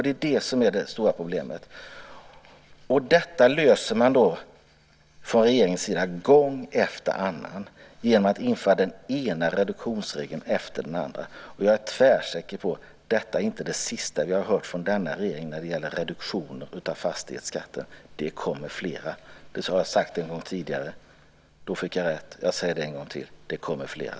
Det är det som är det stora problemet. Detta problem löser regeringen gång efter annan genom att införa den ena reduktionsregeln efter den andra. Och jag är tvärsäker på att detta inte är det sista vi har hört från denna regering när det gäller reduktioner av fastighetsskatter. Det kommer mera. Det har jag sagt en gång tidigare. Då fick jag rätt. Jag säger det en gång till: Det kommer mera.